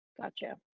gotcha